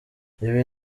ibi